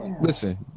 listen